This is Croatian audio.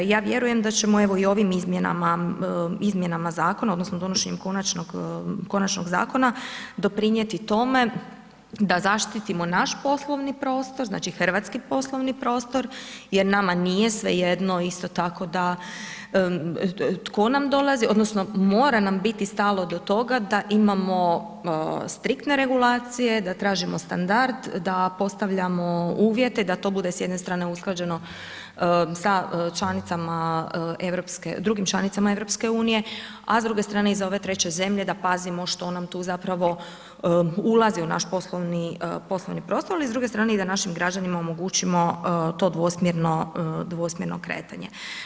Ja vjerujem da ćemo evo i ovim izmjenama, izmjenama zakona odnosno donošenjem konačnog, konačnog zakona doprinijeti tome da zaštitimo naš poslovni prostor, znači hrvatski poslovni prostor jer nama nije svejedno isto tako da, tko nam dolazi odnosno mora nam biti stalo do toga da imamo striktne regulacije, da tražimo standard, da postavljamo uvjete da to bude s jedne strane usklađeno sa članicama, drugim članicama EU, a s druge strane i za ove treće zemlje da pazimo što nam tu zapravo ulazi u naš poslovni prostor, ali i da s druge strane našim građanima omogućimo to dvosmjerno, dvosmjerno kretanje.